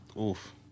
Oof